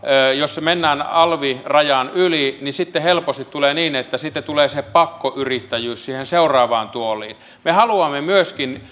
jos mennään alvirajan yli helposti tulee niin että sitten tulee se pakkoyrittäjyys siihen seuraavaan tuoliin me haluamme myöskin